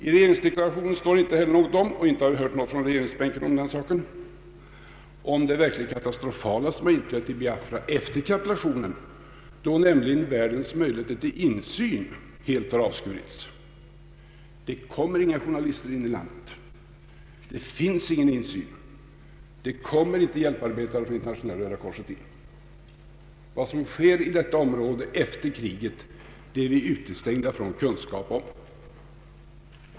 I regeringsdeklarationen står inte heller något om den saken, och vi har inte hört något från regeringsbänken om det verkligt katastrofala som har inträffat i Biafra efter kapitulationen, då nämligen världens möjligheter till insyn helt har avskurits. Inga journalister och inga hjälparbetare från Röda korset kommer in i landet. Vad som sker i detta område efter kriget är vi utestängda från kunskap om.